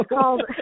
called